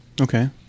Okay